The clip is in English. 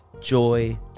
Joy